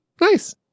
Nice